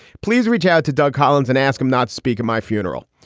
please reach out to doug collins and ask him, not speak at my funeral.